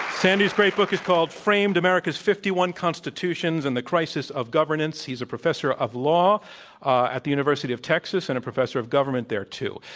sandy's great book is called framed america's fifty one constitutions and the crisis of governance. he's a professor of law at the university of texas and a professor of government, there, too.